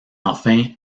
enfin